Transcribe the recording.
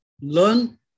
learn